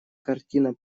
картина